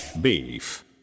beef